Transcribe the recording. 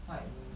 what I mean